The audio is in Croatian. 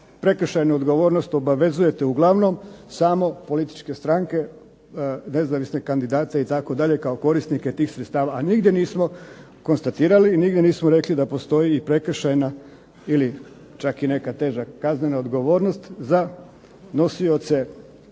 prekršajnu odgovornost obvezujete uglavnom samo političke stranke, nezavisne kandidate itd. kao korisnike tih sredstava. A nigdje nismo konstatirali i nigdje nismo rekli da postoji i prekršajna ili čak i neka teža kaznena odgovornost za nosioce